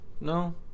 no